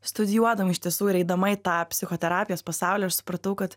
studijuodama iš tiesų ir eidama į tą psichoterapijos pasaulį aš supratau kad